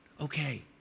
okay